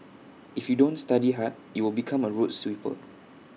if you don't study hard you will become A road sweeper